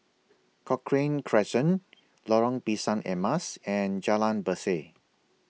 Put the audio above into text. Cochrane Crescent Lorong Pisang Emas and Jalan Berseh